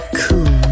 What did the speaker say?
cool